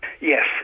Yes